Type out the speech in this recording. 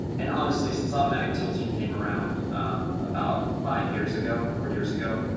and honestly since automatic tilting came around about five years ago, four years ago,